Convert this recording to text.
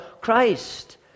Christ